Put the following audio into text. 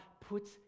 puts